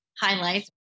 highlights